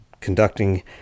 conducting